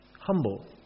humble